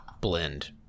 blend